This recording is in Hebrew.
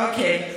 אוקיי.